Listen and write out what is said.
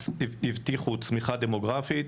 הבטיחו צמיחה דמוגרפית,